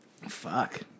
fuck